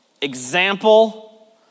example